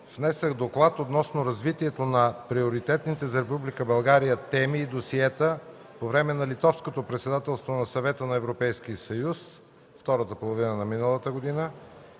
внесох Доклад относно развитието на приоритетните за Република България теми и досиета по време на Литовското председателство на Съвета на Европейския съюз – втората половина на миналата година,